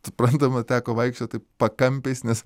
suprantama teko vaikščiot taip pakampiais nes